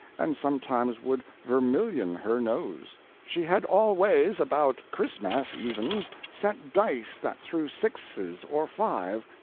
and sometymes would vermillion her nose. she had allwayes about christmass evens set dice that threw sixes or five,